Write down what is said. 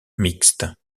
mixte